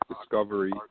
Discovery